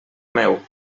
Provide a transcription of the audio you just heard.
meu